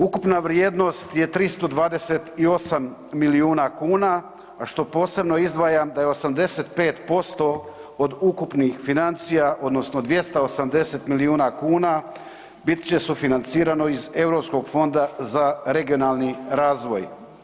Ukupna vrijednost je 328 milijuna kuna a što posebno izdvajam da je 85% od ukupnih financija odnosno 280 milijuna bit će sufinancirano iz Europskog fonda za regionalni razvoj.